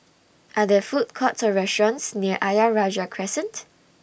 Are There Food Courts Or restaurants near Ayer Rajah Crescent